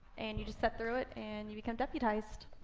and you just sit through it, and you become deputized.